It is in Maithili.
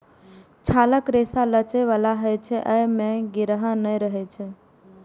छालक रेशा लचै बला होइ छै, अय मे गिरह नै रहै छै